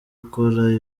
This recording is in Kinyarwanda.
ukora